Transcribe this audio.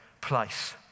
place